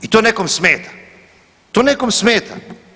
I to nekom smeta, to nekom smeta.